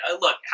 look